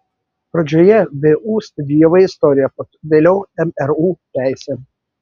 pradžioje vu studijavai istoriją o vėliau mru teisę